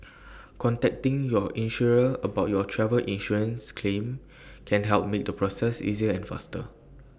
contacting your insurer about your travel insurance claim can help make the process easier and faster